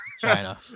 China